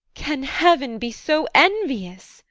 can heaven be so envious?